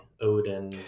odin